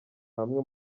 hamwe